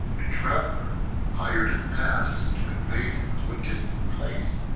a traveler hired an ass to convey him to a distant place.